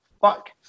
Fuck